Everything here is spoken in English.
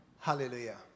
Hallelujah